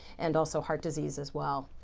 and also heart disease as well.